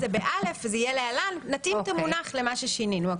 נתאים את המונח למה ששינינו.